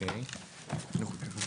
נכון.